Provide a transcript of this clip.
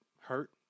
hurt